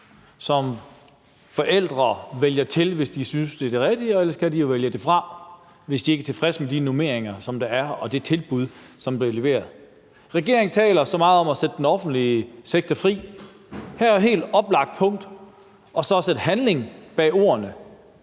som forældre vælger til, hvis de synes, det er det rigtige, og ellers kan de jo vælge det fra, hvis de ikke er tilfredse med de normeringer, der er, og det tilbud, som bliver leveret. Regeringen taler så meget om at sætte den offentlige sektor fri. Her er et helt oplagt punkt i forhold til så at sætte handling bag ordene